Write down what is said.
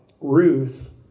Ruth